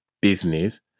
business